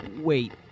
Wait